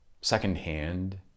secondhand